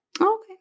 Okay